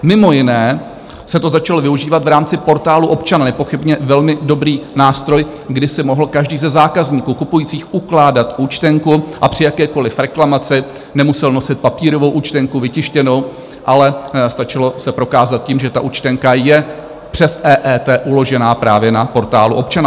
Mimo jiné se to začalo využívat v rámci Portálu občana, nepochybně velmi dobrého nástroje, kdy si mohl každý ze zákazníků, kupujících, ukládat účtenku a při jakékoliv reklamaci nemusel nosit papírovou účtenku vytištěnou, ale stačilo se prokázat tím, že ta účtenka je přes EET uložená právě na Portálu občana.